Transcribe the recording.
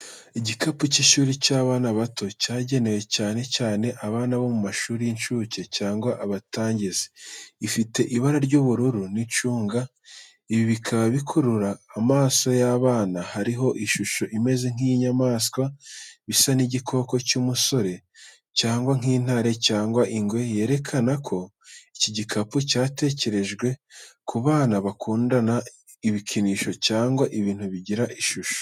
Igikapu cy’ishuri cy’abana bato, cyagenewe cyane cyane abana bo mu mashuri y’incuke cyangwa abatangizi. Ifite ibara ry'ubururu n’icunga, ibi bikaba bikurura amaso y’abana. Hariho ishusho imeze nk’iy’inyamaswa bisa n'igikoko cy’umusore cyangwa nk’intare cyangwa ingwe, yerekana ko iki gikapu cyatekerejwe ku bana bakunda ibikinisho cyangwa ibintu bigira ishusho.